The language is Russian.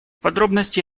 подробности